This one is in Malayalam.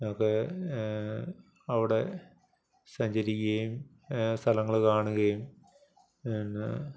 ഒക്കെ അവിടെ സഞ്ചരിക്കുകയും സ്ഥലങ്ങൾ കാണുകയും പിന്നെ